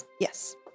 Yes